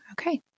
Okay